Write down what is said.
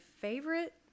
favorite